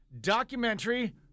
Documentary